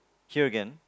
here again